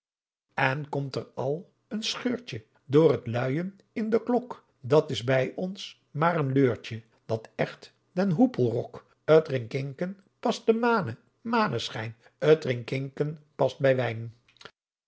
en komt er al een schaeurtje door t luijen in de klok dat s bij ons maar een leurtje dat echt den hoepelrok t rinkinken past de maane maaneschijn t rinkinken past bij